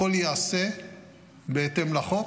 הכול ייעשה בהתאם לחוק